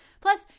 Plus